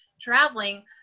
traveling